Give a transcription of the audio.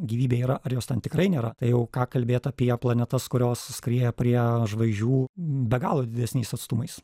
gyvybė yra ar jos ten tikrai nėra tai jau ką kalbėt apie planetas kurios skrieja prie žvaigždžių be galo didesniais atstumais